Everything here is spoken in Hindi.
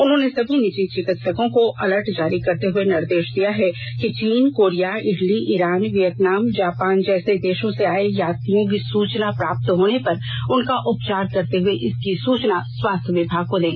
उन्होंने सभी निजी चिकित्सकों को अलर्ट जारी करते हुए निर्देश दिया है कि चीन Korea Italy Iran Vietnam Japan जैसे देशों से आए यात्रियों की सूचना प्राप्त होने पर उनका उपचार करते हुए इसकी सूचना स्वास्थ्य विभाग को दें